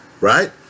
Right